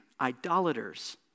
idolaters